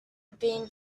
been